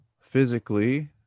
physically